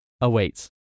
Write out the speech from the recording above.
awaits